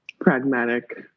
pragmatic